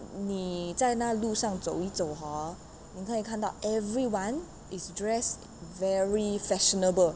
你在那路上走一走 hor 你可以看到 everyone is dressed very fashionable